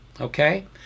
okay